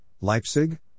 Leipzig